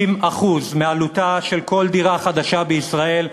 50% מעלותה של כל דירה חדשה בישראל,